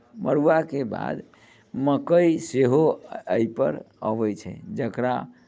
मड़ुआके बाद मक्कइ सेहो एहिपर अबैत छै जकरा